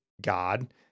God